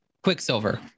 Quicksilver